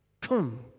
Come